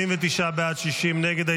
49 בעד, 60 נגד.